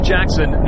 Jackson